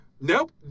Nope